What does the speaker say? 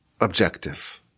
objective